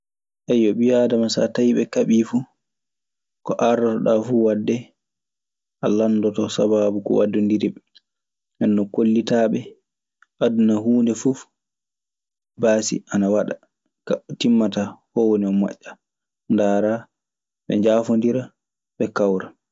Ɓii aadama so a tawii ɓe kaɓii fuu. Ko aardotoɗaa fuu waɗde, a landoto sabaabu waddondiri ɓe. Nden non koliitaa ɓe aduna huunde fuf, baasi ana waɗa. Kaa o timmataa, o woni mo moƴƴa. Ndaaraa ɓe njaafondira, ɓe kawra.